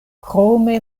krome